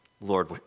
Lord